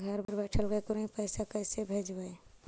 घर बैठल केकरो ही पैसा कैसे भेजबइ?